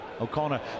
O'Connor